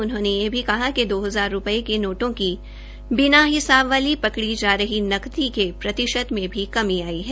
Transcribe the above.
उन्होंने यह भी कहा कि दो हजार रूपये के नोटों की बिना हिसाब वाली पकड़ी जा रही नकदी के प्रतिशत में भी कमी आई है